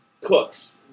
cooks